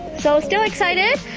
so so excited!